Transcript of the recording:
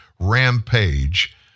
rampage